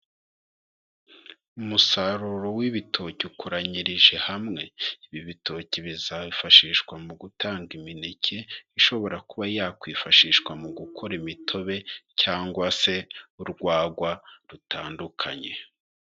Umusaruro w'ibitoki ukoranyirije hamwe. Ibi bitoki bizifashishwa mu gutanga imineke, ishobora kuba yakwifashishwa mu gukora imitobe cyangwa se urwagwa, rutandukanye.